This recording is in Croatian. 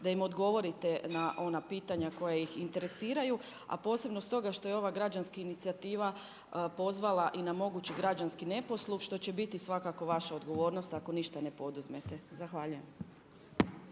da im odgovorite na ona pitanja koja ih interesiraju, a posebno stoga što je ova građanska inicijativa pozvala i na mogući građanski neposluh što će biti svakako vaša odgovornost ako ništa ne poduzmete. Zahvaljujem.